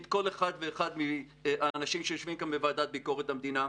כל אחד ואחד מהאנשים שיושבים כאן בוועדת ביקורת המדינה,